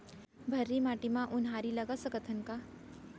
भर्री माटी म उनहारी लगा सकथन का?